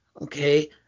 okay